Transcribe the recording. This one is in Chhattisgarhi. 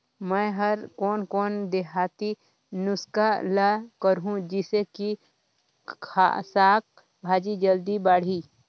मै हर कोन कोन देहाती नुस्खा ल करहूं? जिसे कि साक भाजी जल्दी बाड़ही?